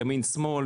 על ימין ושמאל.